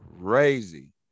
Crazy